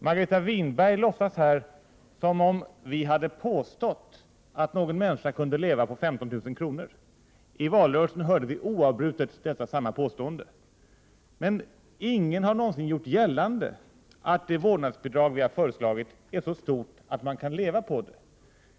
Margareta Winberg låtsas här som om vi hade påstått att någon människa kunde leva på 15 000 kronor om året. I valrörelsen hörde vi oavbrutet detta påstående. Men ingen har någonsin gjort gällande att vårdnadsbidraget är så stort att man kan leva på det.